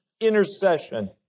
intercession